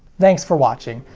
thanks for watching.